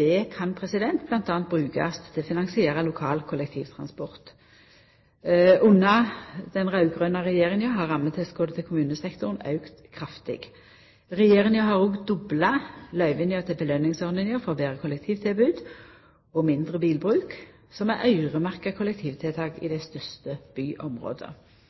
Det kan bl.a. brukast til å finansiera lokal kollektivtransport. Under den raud-grøne regjeringa har rammetilskotet til kommunesektoren auka kraftig. Regjeringa har òg dobla løyvingane til påskjøningsordninga for betre kollektivtilbod og mindre bilbruk, som er øyremerkte kollektivtiltak i dei største byområda.